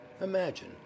Imagine